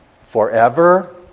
Forever